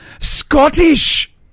Scottish